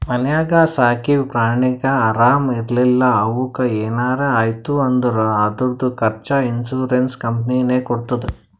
ಮನ್ಯಾಗ ಸಾಕಿವ್ ಪ್ರಾಣಿಗ ಆರಾಮ್ ಇರ್ಲಿಲ್ಲಾ ಅವುಕ್ ಏನರೆ ಆಯ್ತ್ ಅಂದುರ್ ಅದುರ್ದು ಖರ್ಚಾ ಇನ್ಸೂರೆನ್ಸ್ ಕಂಪನಿನೇ ಕೊಡ್ತುದ್